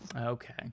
Okay